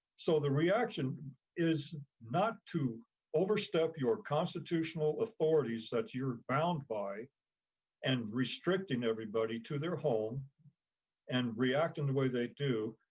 so the reaction is not to overstep your constitutional authorities that you're bound by and restricting everybody to their home and react in the way they do.